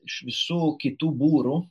iš visų kitų būrų